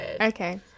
Okay